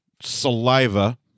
saliva